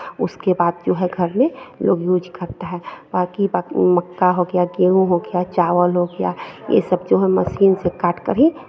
उसके बाद जो है घर में लोग यूज़ करता है बाकी ब मक्का हो गया गेहूं हो गया चावल हो गया ये सब जो है मशीन से काटकर ही